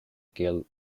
gcill